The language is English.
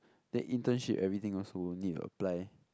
then internship everything also need to apply